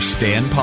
Stan